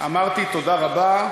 אמרתי תודה רבה,